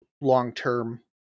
long-term